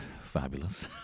fabulous